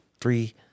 three